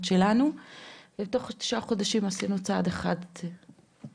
שלנו ותוך תשעה חודשים עשינו צעד אחד קדימה.